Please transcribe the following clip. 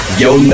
yo